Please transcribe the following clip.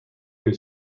que